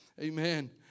Amen